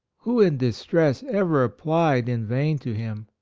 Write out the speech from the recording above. who in distress ever applied in vain to him?